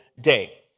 day